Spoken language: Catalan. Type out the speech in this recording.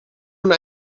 una